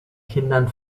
kindern